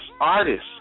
Artists